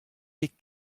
bet